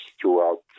throughout